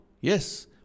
Yes